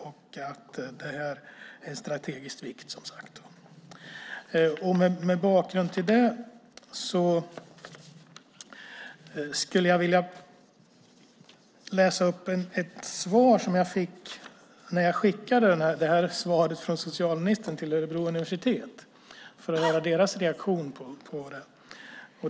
Han skriver att det är av strategisk vikt. Mot bakgrund av det skulle jag vilja hänvisa till ett svar som jag fick när jag skickade svaret från socialministern till Örebro universitet för att få höra deras reaktion på det.